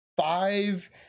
five